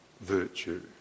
Virtue